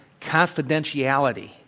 confidentiality